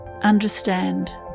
understand